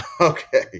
Okay